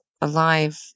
alive